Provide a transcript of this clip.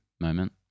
moment